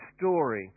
story